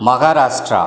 Maharashtra